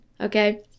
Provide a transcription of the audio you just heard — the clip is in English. okay